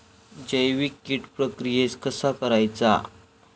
जैविक कीड प्रक्रियेक कसा करायचा?